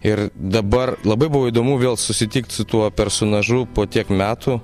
ir dabar labai buvo įdomu vėl susitikt su tuo personažu po tiek metų